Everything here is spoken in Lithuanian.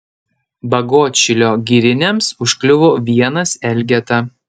bagotšilio giriniams užkliuvo vienas elgeta